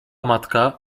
matka